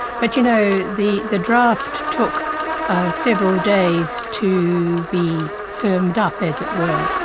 but you know, the the draft took several days to be firmed up, as it were,